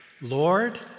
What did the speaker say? Lord